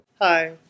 Hi